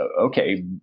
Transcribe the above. okay